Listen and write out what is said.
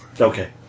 Okay